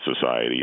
society